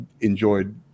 enjoyed